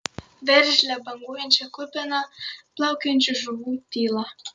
veržlią banguojančią kupiną plaukiojančių žuvų tylą